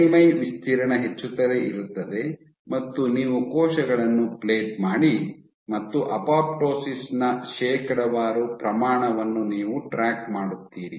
ಮೇಲ್ಮೈ ವಿಸ್ತೀರ್ಣ ಹೆಚ್ಚುತ್ತಲೇ ಇರುತ್ತದೆ ಮತ್ತು ನೀವು ಕೋಶಗಳನ್ನು ಪ್ಲೇಟ್ ಮಾಡಿ ಮತ್ತು ಅಪೊಪ್ಟೋಸಿಸ್ನ ಶೇಕಡಾವಾರು ಪ್ರಮಾಣವನ್ನು ನೀವು ಟ್ರ್ಯಾಕ್ ಮಾಡುತ್ತೀರಿ